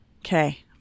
Okay